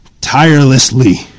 tirelessly